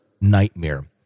nightmare